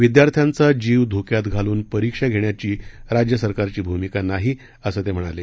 विद्यार्थ्यांचा जीव धोक्यात घालून परीक्षा घेण्याची राज्य सरकारची भूमिका नाही असं ते म्हणाले